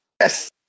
Yes